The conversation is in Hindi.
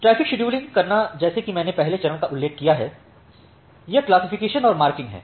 ट्रैफिक शेड्यूलिंग करना जैसा कि मैंने पहले चरण का उल्लेख किया है यह क्लासिफिकेशन और मार्किंग है